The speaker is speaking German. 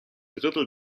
drittel